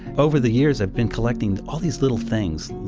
over the years i've been collecting all these little things.